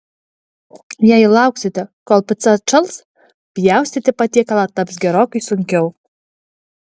jei lauksite kol pica atšals pjaustyti patiekalą taps gerokai sunkiau